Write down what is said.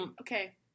okay